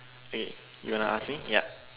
eh you want to ask me yup